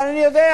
אבל אני יודע,